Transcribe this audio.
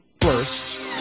first